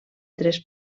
tres